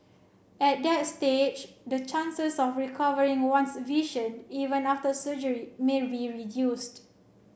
at that stage the chances of recovering one's vision even after surgery may be reduced